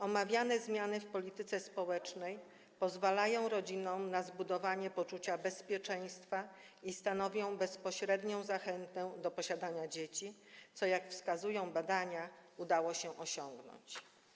Omawiane zmiany w polityce społecznej pozwalają rodzinom na zbudowanie poczucia bezpieczeństwa i stanowią bezpośrednią zachętę do posiadania dzieci, co - jak wskazują badania - udało się osiągnąć.